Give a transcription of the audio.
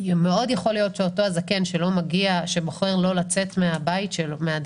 מאוד יכול להיות שאותו זקן שבוחר לא לצאת מן הדירה